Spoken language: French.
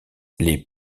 les